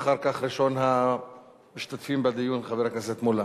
ואחר כך ראשון המשתתפים בדיון הוא חבר הכנסת מולה.